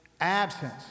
absence